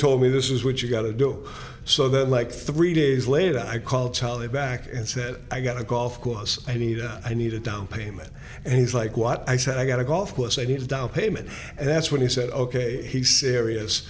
told me this is what you got to do so that like three days later i called charlie back and said i got a golf course i need i need a down payment and he's like what i said i got a golf course i need a down payment and that's when he said ok he serious